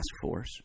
Force